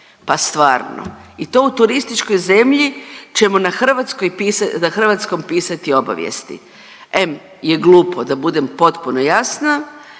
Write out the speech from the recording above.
pa stvarno i to u turističkoj zemlji ćemo na hrvatskoj, na hrvatskom pisati obavijesti. Em je glupo da budem potpuno jasna,